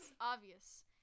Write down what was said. obvious